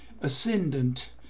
ascendant